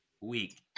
week